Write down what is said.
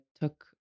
took